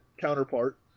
counterpart